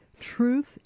Truth